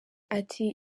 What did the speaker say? ati